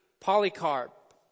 Polycarp